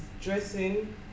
dressing